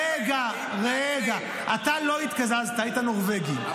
רגע, רגע, אתה לא התקזזת, היית נורבגי.